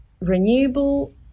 renewable